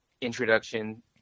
introduction